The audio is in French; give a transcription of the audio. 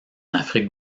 afrique